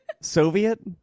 Soviet